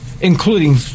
including